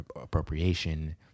appropriation